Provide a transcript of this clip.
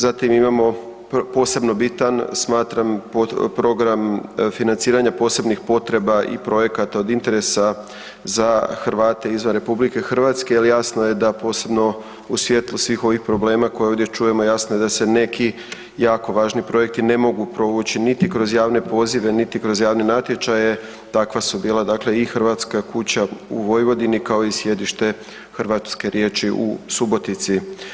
Zatim imamo posebno bitan, smatram program financiranja posebnih potreba i projekata od interesa za Hrvate izvan RH jer jasno je da posebno u svjetlu svih ovih problema, koje ovdje čujemo, jasno da se neki jako važni projekti ne mogu provući niti kroz javne pozive niti kroz javne natječaje, takva su bila dakle i Hrvatska kuća u Vojvodini, kao i sjedište Hrvatske riječi u Subotici.